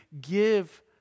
give